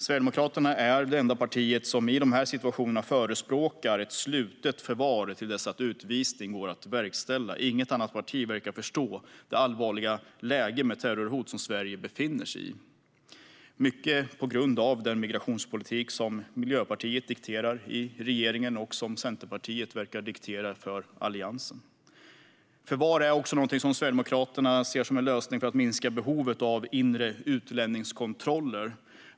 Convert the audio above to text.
Sverigedemokraterna är det enda parti som förespråkar slutet förvar i de här situationerna till dess att utvisning går att verkställa. Inget annat parti verkar förstå det allvarliga läge med terrorhot som Sverige befinner sig i. Det beror mycket på den migrationspolitik som Miljöpartiet dikterar i regeringen och som Centerpartiet verkar diktera inom Alliansen. Förvar är också Sverigedemokraternas lösning för att minska behovet av inre utlänningskontroller.